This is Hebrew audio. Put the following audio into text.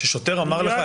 ששוטר אמר לך,